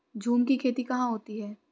झूम की खेती कहाँ होती है?